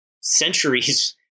centuries